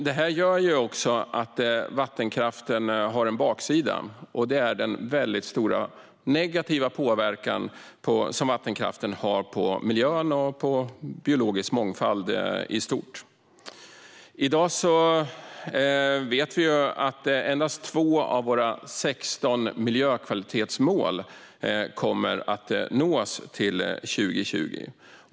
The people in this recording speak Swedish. Detta gör också att vattenkraften har en baksida, nämligen den stora negativa påverkan den har på miljön och på biologisk mångfald i stort. I dag vet vi att endast 2 av våra 16 miljökvalitetsmål kommer att nås till år 2020.